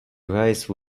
rice